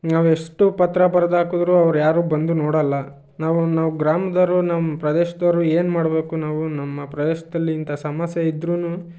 ನಾವು ಎಷ್ಟು ಪತ್ರ ಬರ್ದು ಹಾಕುದ್ರೂ ಅವರ್ಯಾರೂ ಬಂದು ನೋಡೋಲ್ಲ ನಾವು ನಾವು ಗ್ರಾಮದವ್ರು ನಮ್ಮ ಪ್ರದೇಶದವ್ರು ಏನು ಮಾಡಬೇಕು ನಾವು ನಮ್ಮ ಪ್ರದೇಶದಲ್ಲಿ ಇಂಥ ಸಮಸ್ಯೆ ಇದ್ರೂ